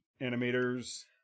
animator's